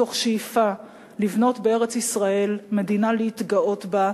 מתוך שאיפה לבנות בארץ-ישראל מדינה להתגאות בה,